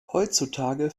heutzutage